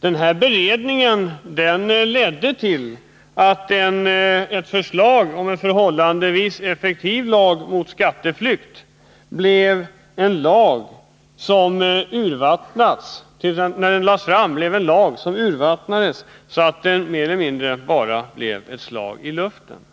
Denna beredning ledde till att ett förslag om en förhållandevis effektiv lag mot skatteflykt när det slutligen lades fram hade urvattnats så, att lagen mer eller mindre bara blev ett slag i luften.